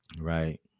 Right